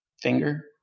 finger